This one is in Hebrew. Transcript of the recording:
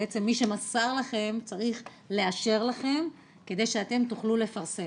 שמי שמסר לכם צריך לאשר לכם כדי שאתם תוכלו לפרסם,